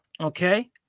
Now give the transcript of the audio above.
okay